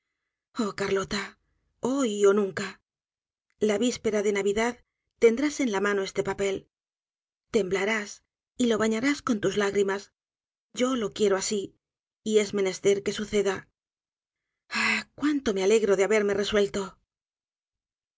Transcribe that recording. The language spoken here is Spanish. oh carlota hoy ó nunca la víspera de navidad tendrás en la mano este papel temblarás y lo bañarás con tus lágrimas yo lo quiero asi y es menester que suceda ah cuánto me alegro de haberme resuelto